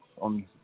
on